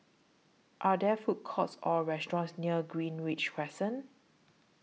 Are There Food Courts Or restaurants near Greenridge Crescent